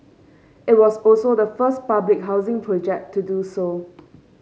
it was also the first public housing project to do so